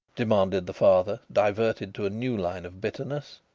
demanded the father, diverted to a new line of bitterness.